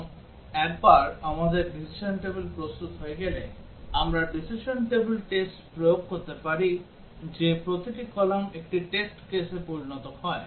এবং একবার আমাদের decision table প্রস্তুত হয়ে গেলে আমরা decision table টেস্ট প্রয়োগ করতে পারি যে প্রতিটি কলাম একটি টেস্ট কেসে পরিণত হয়